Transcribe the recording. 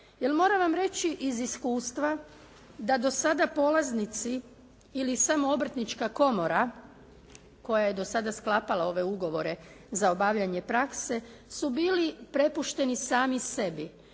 moram vam reći iz iskustva da do sada polaznici ili samo Obrtnička komora koja je do sada sklapala ove ugovore za obavljanje prakse su bili prepušteni sami sebi.